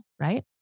right